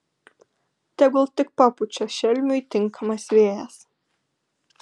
tegul tik papučia šelmiui tinkamas vėjas